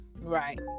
right